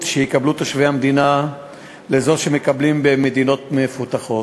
שיקבלו תושבי המדינה לזו שמקבלים במדינות מפותחות,